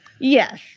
Yes